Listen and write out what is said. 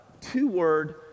two-word